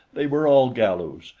they were all galus,